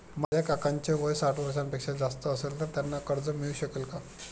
माझ्या काकांचे वय साठ वर्षांपेक्षा जास्त असेल तर त्यांना कर्ज मिळू शकेल का?